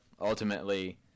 ultimately